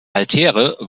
altäre